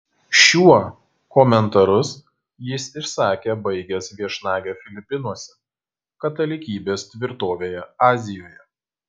šiuo komentarus jis išsakė baigęs viešnagę filipinuose katalikybės tvirtovėje azijoje